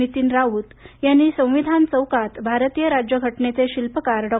नितीन राऊत यांनी संविधान चौकात भारतीय राज्यघटनेचे शिल्पकार डॉ